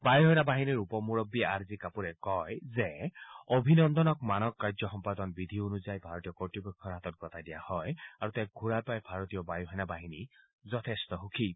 বায়ুসেনা বাহিনীৰ উপ মুৰববী আৰ জি কাপুৰে কয় যে অভিনন্দনক মানক কাৰ্য সম্পাদন বিধি অনুযায়ী ভাৰতীয় কৰ্তৃপক্ষৰ হাতত গটাই দিয়া হয় আৰু তেওঁক ঘূৰাই পাই ভাৰতীয় বায়সেনা বাহিনী যথেষ্ট সুখী হৈছে